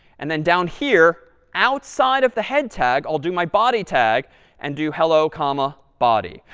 and then down here, outside of the head tag, i'll do my body tag and do hello comma body.